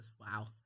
Wow